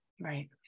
Right